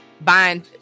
buying